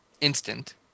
instant